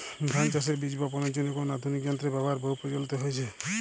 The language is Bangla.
ধান চাষের বীজ বাপনের জন্য কোন আধুনিক যন্ত্রের ব্যাবহার বহু প্রচলিত হয়েছে?